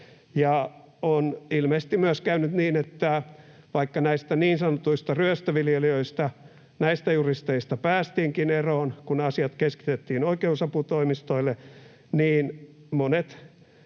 on ilmeisesti myös käynyt niin, että vaikka näistä niin sanotuista ryöstöviljelijöistä, näistä juristeista, päästiinkin eroon, kun asiat keskitettiin oikeusaputoimistoille, niin monet